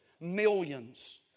Millions